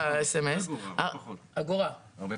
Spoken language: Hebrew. הרבה פחות.